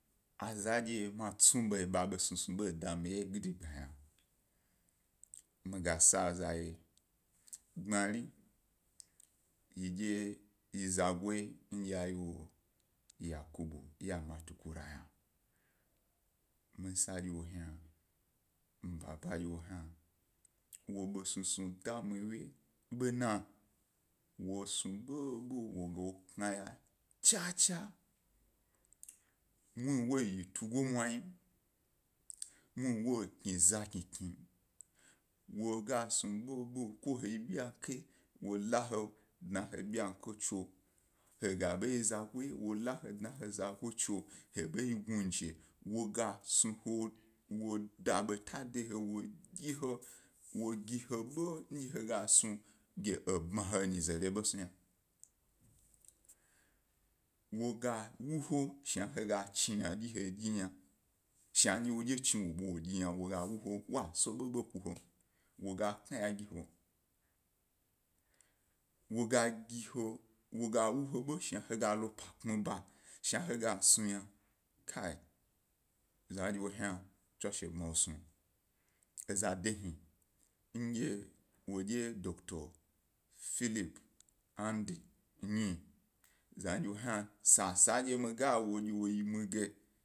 A zandye mi tsa ḃayi ḃa ḃo snusnu ḃo eda mi wye gidigba yna miga sa za ye gbmari yedye zago ndye ewo ye yakubu yamma tukurak misa ndye wo hna, mi baba ndye wo hna, wo ḃa snusnu ḃo da mi wye bena wo snu ḃoḃo wo ga wo knaya cha-cha, muhni wo yi tugoniwa yim. Muhnni wo kni za kni, knim, wo gas nu ḃoḃo ko he benkai, wo la he dna e he ḃenkai tso, he ga ḃayi zago wo la he dna ezago tso, he ga ḃa yi gnuje, wo gas snue he wo da beta de he, wo gi he ḃo ndye he gas nu, ge ebma he nyizere snu yna, wo ga wu he shna he chi ynadyi hedyi yna, shandye wodye chi wo ḃwa wo dyi yna wa so, ḃoḃo kuhe m wo ga knaya gi ha, wo ga gi he, wo ga wu he ḃa shna he ga la epa kpmi ba, shna he gas nu yna kai, zandye wo hna tswashe wo bma wu snu, eza de hni ndye wodye dokito philip andy nyi zandye wo hna sa san dye mi ga wo dye wo yi mi ye yna.